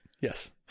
Yes